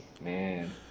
man